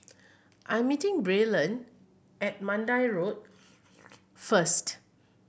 I'm meeting Braylon at Mandai Road first